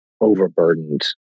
overburdened